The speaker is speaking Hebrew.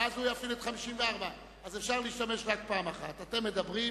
ואז הוא יפעיל את סעיף 54. אז אפשר